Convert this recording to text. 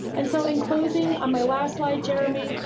and so. in closing, on my last slide, jeremy,